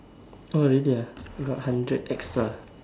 oh really ah you got hundred extra